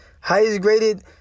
highest-graded